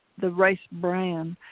the rice bran,